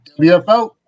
WFO